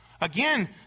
Again